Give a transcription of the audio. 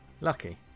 Lucky